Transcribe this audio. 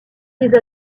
des